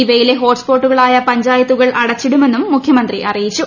ഇവയിലെ ഹോട്ട്സ്പോട്ടുകളായി പഞ്ചായത്തുകൾ അടച്ചിടുമെന്നും മുഖ്യമന്ത്രി അറിയിച്ചു